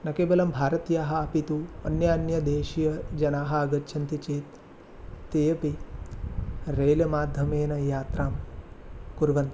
न केवलं भारतीयाः अपि तु अन्यान्यदेशीयजनाः आगच्छन्ति चेत् तेऽपि रेल्माध्यमेन यात्रां कुर्वन्ति